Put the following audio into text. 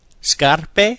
Scarpe